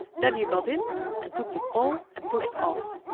then he got in and took the pole and pushed off.